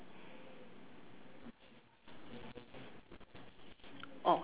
orh